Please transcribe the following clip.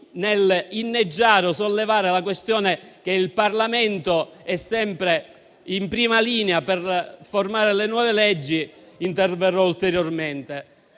che inneggiano alla questione che il Parlamento è sempre in prima linea per formare nuove leggi, interverrò ulteriormente.